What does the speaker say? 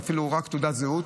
אפילו רק תעודת זהות.